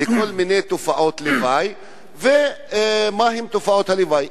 לכל מיני תופעות לוואי ומהן תופעות הלוואי.